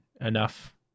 enough